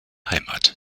heimat